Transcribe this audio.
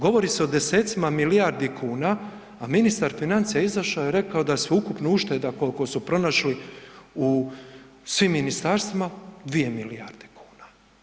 Govori se o 10-cima milijardi kuna, a ministar financija je izašo i rekao da je sveukupno ušteda koliko su pronašli u svim ministarstvima 2 milijarde kuna.